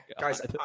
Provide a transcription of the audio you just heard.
Guys